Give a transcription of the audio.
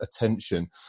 attention